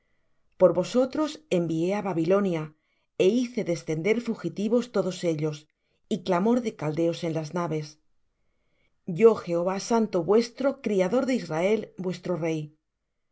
por vosotros envié á babilonia é hice descender fugitivos todos ellos y clamor de caldeos en las naves yo jehová santo vuestro criador de israel vuestro rey así